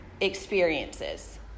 experiences